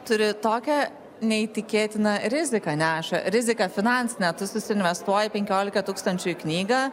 turi tokią neįtikėtiną riziką neša riziką finansinę tu susiinvestuoji penkiolika tūkstančių į knygą